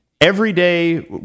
everyday